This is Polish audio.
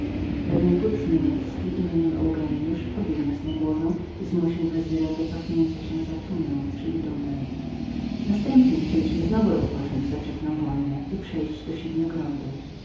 pewien wódz niemiecki nazwiskiem eugeniusz pobił nas na głowę i zmusił wezyra do cofnięcia się za tanę czyli dunaj następnie chcieliśmy znowu rozpocząć zaczepną wojnę i przejść do